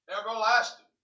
everlasting